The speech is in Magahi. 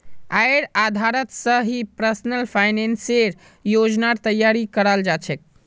आयेर आधारत स ही पर्सनल फाइनेंसेर योजनार तैयारी कराल जा छेक